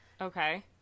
Okay